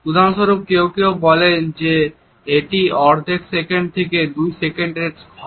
উদাহরণস্বরূপ কেউ কেউ বলেন যে এটি অর্ধেক সেকেন্ড থেকে 2 সেকেন্ডের হয়